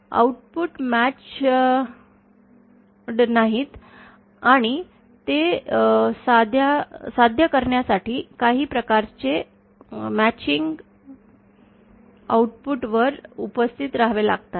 तर आऊटपुट जुळत नाहीत आणि हे साध्य करण्यासाठी काही प्रकारचे जुळणारे रचना आऊटपुट वर उपस्थित रहावे लागतात